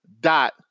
dot